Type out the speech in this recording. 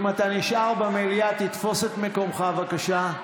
אם אתה נשאר במליאה, תתפוס את מקומך, בבקשה.